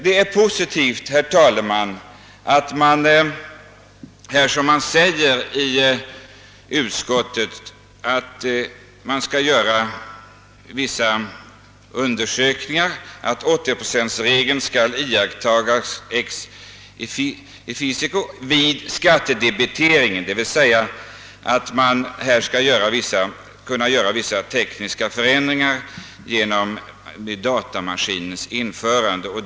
Det är positivt, herr talman, att man, som sägs i utskottsutlåtandet, skall göra vissa undersökningar i syfte att »80 procentregeln skall iakttas ex officio vid skattedebiteringen», d.v.s. att man här skall kunna göra vissa tekniska förändringar genom datamaskiners införande.